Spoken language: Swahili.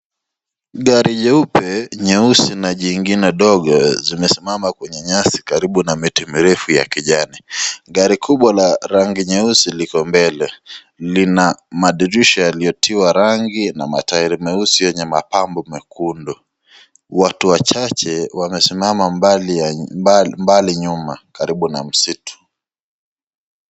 Gari jeupe, nyeusi na jingine dogo zimesimama kwenye nyasi karibu na miti mirefu ya kijani. Gari kubwa la rangi nyeusi liko mbele. Lina madirisha yaliyotiwa rangi na matairi meusi yenye mapambo mekundu. Watu wachache wamesimama mbali nyuma karibu na msitu.